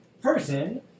person